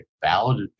valid